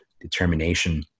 determination